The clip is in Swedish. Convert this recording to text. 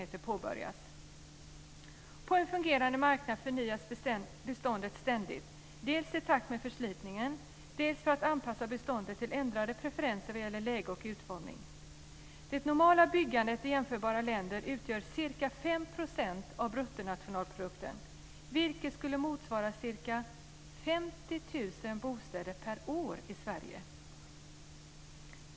På en fungerande marknad förnyas beståndet ständigt, dels i takt med förslitningen, dels för att anpassa beståndet till ändrade preferenser vad gäller läge och utformning. Det normala byggandet i jämförbara länder utgör ca 5 % av bruttonationalprodukten, vilket skulle motsvara ca 50 000 bostäder per år i Sverige.